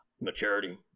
maturity